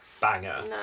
banger